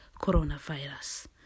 coronavirus